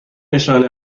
نشانه